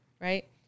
right